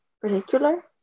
particular